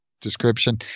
description